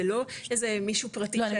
זה לא איזה מישהו פרטי -- לא,